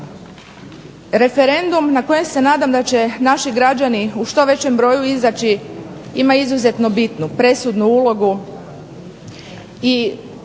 Referendum na kojem se nadam da će naši građani u što većem broju izaći ima izuzetno bitnu, presudnu ulogu